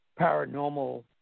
paranormal